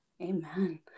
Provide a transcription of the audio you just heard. Amen